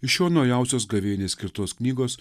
iš jo naujausios gavėniai skirtos knygos